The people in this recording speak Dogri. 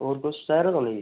होर दस्सां तुसें ई कोई